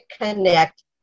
connect